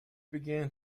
began